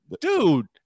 dude